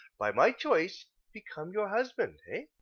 by my choice, become your husband. ah?